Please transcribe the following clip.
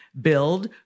Build